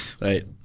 right